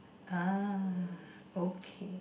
ah okay